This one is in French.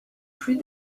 plus